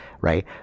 Right